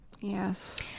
Yes